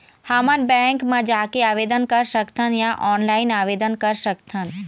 हमन बैंक मा जाके आवेदन कर सकथन या ऑनलाइन आवेदन कर सकथन?